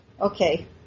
Okay